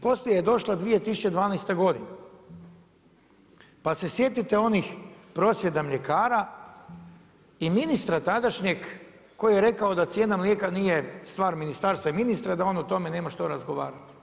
Poslije je došla 2012. godina pa se sjetite onih prosvjeda mljekara i ministra tadašnjeg koji je rekao da cijena mlijeka nije stvar ministarstva i ministra, da on o tome nema šta razgovarati.